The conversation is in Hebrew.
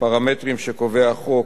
בפרמטרים שקובע החוק,